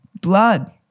blood